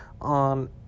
on